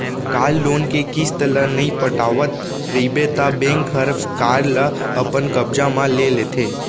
car loan के किस्त ल नइ पटावत रइबे त बेंक हर कार ल अपन कब्जा म ले लेथे